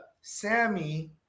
Sammy